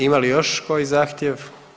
Ima li još koji zahtjev?